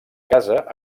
casa